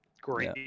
great